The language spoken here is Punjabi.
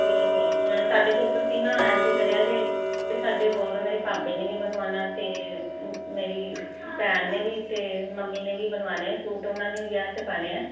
ਤੇ ਹਾਂ ਸਾਡੇ ਫਿਰ ਤੁਸੀਂ ਨਾ ਇੰਜ ਕਰਿਆ ਜੇ ਸਾਡੇ ਹੋਰ ਮੇਰੇ ਭਾਬੀ ਨੇ ਵੀ ਬਣਵਾਉਣਾ ਤੇ ਮੇਰੀ ਭੈਣ ਨੇ ਵੀ ਤੇ ਮਮੀ ਨੇ ਵੀ ਬਣਵਾਣੇ ਸੂਟ ਉਹਨਾਂ ਨੇ ਵਿਆਹ ਚ ਪਾਣੇ ਆ